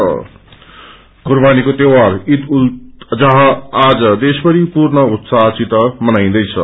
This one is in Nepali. र्कुबानीको त्यौहार ईद उल जोहा आज देशभरि पूर्ण उत्साहसित मनाईन्दैछ